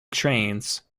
trains